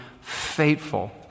faithful